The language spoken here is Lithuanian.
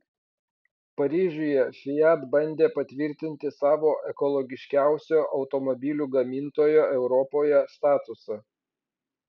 paryžiuje fiat bandė patvirtinti savo ekologiškiausio automobilių gamintojo europoje statusą